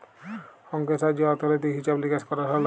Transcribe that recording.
অংকের সাহায্যে অথ্থলৈতিক হিছাব লিকাস সরল হ্যয়